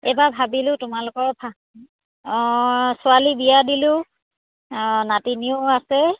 এইবাৰ ভাবিলোঁ তোমালোকৰ অঁ ছোৱালী বিয়া দিলোঁ অঁ নাতিনীও আছে